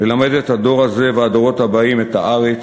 ללמד את הדור הזה ואת הדורות הבאים את הארץ,